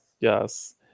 Yes